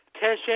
tension